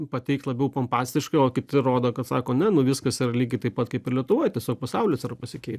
pateikti labiau pompastiškai o kiti rodo kad sako ne nu viskas yra lygiai taip pat kaip ir lietuvoj tiesiog pasaulis yra pasikei